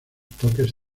toques